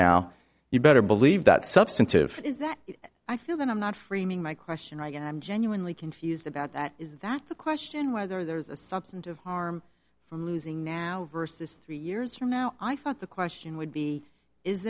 now you better believe that substantive is that i feel that i'm not reaming my question i am genuinely confused about that is that the question whether there's a substantive harm from now versus three years from now i thought the question would be is